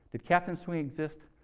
did captain swing exist?